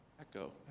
Echo